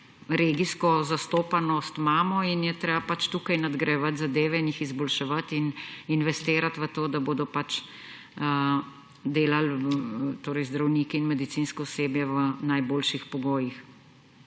regijsko zastopanost imamo in je treba pač tukaj nadgrajevati zadeve, jih izboljševati in investirati v to, da bodo delali zdravniki in medicinsko osebje v najboljših pogojih.